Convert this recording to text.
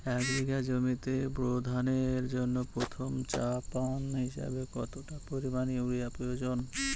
এক বিঘা জমিতে বোরো ধানের জন্য প্রথম চাপান হিসাবে কতটা পরিমাণ ইউরিয়া প্রয়োজন?